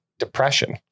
depression